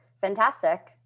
Fantastic